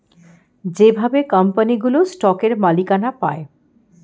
যেভাবে কোম্পানিগুলো স্টকের মালিকানা পায়